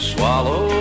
Swallow